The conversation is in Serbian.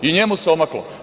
I njemu se omaklo.